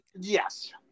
Yes